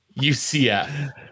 ucf